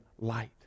light